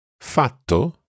fatto